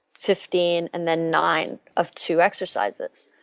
fifteen and then nine of two exercises.